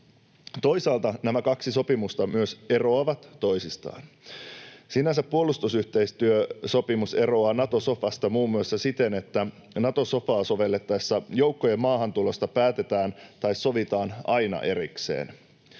Toisaalta nämä kaksi sopimusta myös eroavat toisistaan. Sinänsä puolustusyhteistyösopimus eroaa Nato-sofasta muun muassa siten, että Nato-sofaa sovellettaessa joukkojen maahantulosta päätetään tai sovitaan aina erikseen.